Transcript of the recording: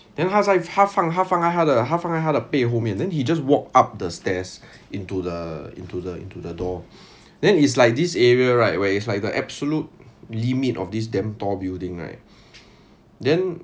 then 他在他放他放在他的他放在他的背后面 then he just walk up the stairs into the into the into the door then is like this area right where it's like the absolute limit of this damn tall building right then